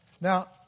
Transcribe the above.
Now